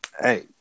hey –